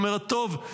היא אומרת: טוב,